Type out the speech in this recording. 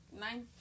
Nine